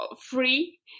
free